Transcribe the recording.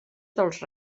dels